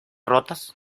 rotas